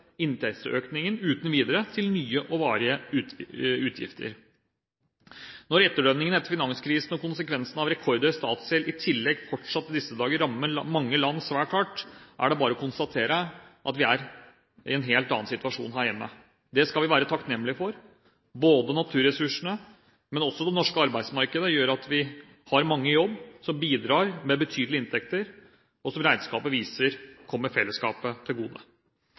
inntektsøkningen uten videre til nye og varige utgifter. Når etterdønningene etter finanskrisen og konsekvensene av rekordhøy statsgjeld i tillegg fortsatt i disse dager rammer mange land svært hard, er det bare å konstatere at vi er i en helt annen situasjon her hjemme. Det skal vi være takknemlige for. Både naturressursene og det norske arbeidsmarkedet gjør at vi har mange i jobb som bidrar med betydelige inntekter, noe som – som regnskapet viser – kommer fellesskapet til gode.